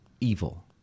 evil